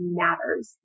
matters